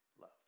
love